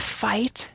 fight